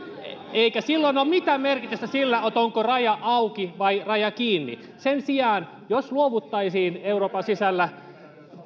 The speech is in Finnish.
silloin ole mitään merkitystä sillä onko raja auki vai raja kiinni sen sijaan jos luovuttaisiin euroopan sisällä